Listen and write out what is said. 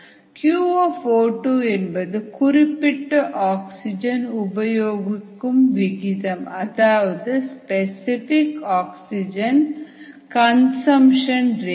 qO2என்பது குறிப்பிட்ட ஆக்சிஜன் உபயோகிக்கும் விகிதம் அதாவது ஸ்பெசிஃபைக் ஆக்சிஜன் கன்சம்ப்ஷன் ரேட்